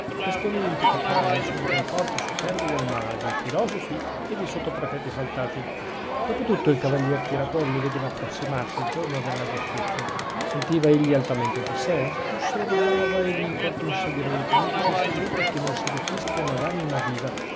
queste olimpiche calme sono i conforti superbi del mare dei filosofi e dei sottoprefetti saltati dopo tutto il cavaliere tiraquelli vedeva approssimarsi il giorno della giustizia sentiva egli altamente di sè o serbava egli in corpo un segreto uno di quei segreti che non si rifischiano ad anima viva